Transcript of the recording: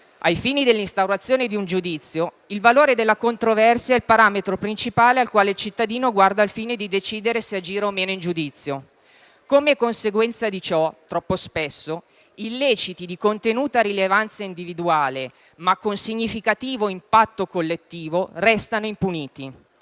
ai fini dell'instaurazione di un giudizio, il valore della controversia è il parametro principale al quale il cittadino guarda al fine di decidere se agire o meno in giudizio; come conseguenza di ciò, troppo spesso, illeciti di contenuta rilevanza individuale, ma con significativo impatto collettivo, restano impuniti.